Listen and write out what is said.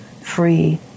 free